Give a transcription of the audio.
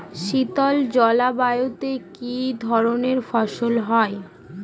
শীতল জলবায়ুতে কি ধরনের ফসল হয়?